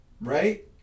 right